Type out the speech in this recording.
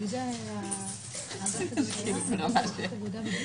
עם כל כך הרבה חוסר מבט